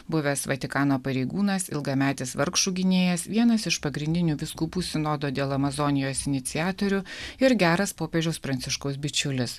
buvęs vatikano pareigūnas ilgametis vargšų gynėjas vienas iš pagrindinių vyskupų sinodo dėl amazonijos iniciatorių ir geras popiežiaus pranciškaus bičiulis